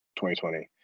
2020